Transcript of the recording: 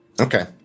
Okay